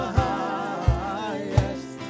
highest